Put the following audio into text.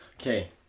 okay